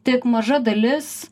tik maža dalis